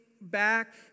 back